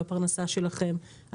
בפרנסה שלכם.